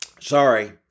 Sorry